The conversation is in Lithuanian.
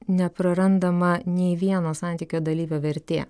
neprarandama nei vieno santykio dalyvio vertė